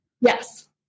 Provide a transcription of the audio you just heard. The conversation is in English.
Yes